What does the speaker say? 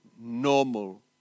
normal